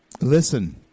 Listen